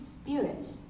Spirit